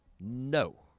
No